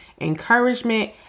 encouragement